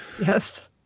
Yes